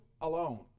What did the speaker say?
alone